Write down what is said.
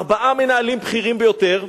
ארבעה מנהלים בכירים ביותר,